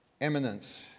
Eminence